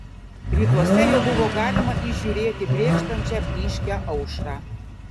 rytuose jau buvo galima įžiūrėti brėkštančią blyškią aušrą